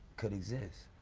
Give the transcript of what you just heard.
could exist.